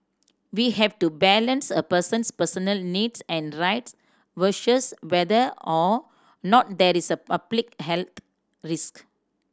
we have to balance a person's personal needs and rights versus whether or not there is a public health risk